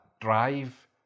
drive